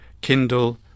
kindle